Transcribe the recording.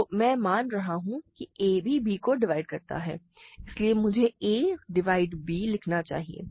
तो मैं मान रहा हूं कि a भी b को डिवाइड करता है इसलिए मुझे a डिवाइड्स b लिखना चाहिए